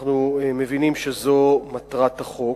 אנחנו מבינים שזו מטרת החוק,